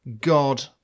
God